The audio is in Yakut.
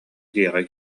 дьиэҕэ